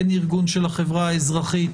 אין ארגון של החברה האזרחית